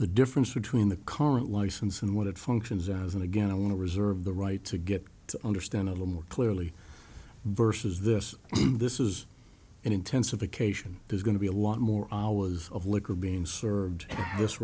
the difference between the current license and what it functions as and again i want to reserve the right to get to understand a little more clearly versus this this is an intensification there's going to be a lot more i was of liquor being served